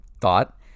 thought